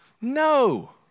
No